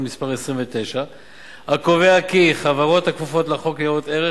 מס' 29 הקובע כי חברות הכפופות לחוק ניירות ערך,